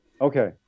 Okay